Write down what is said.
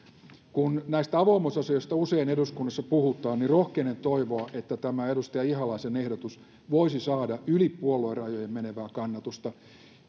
kun näistä avoimuusasioista usein eduskunnassa puhutaan niin rohkenen toivoa että tämä edustaja ihalaisen ehdotus voisi saada yli puoluerajojen menevää kannatusta